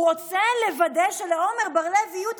הוא רוצה לוודא שלעמר בר לב יהיו את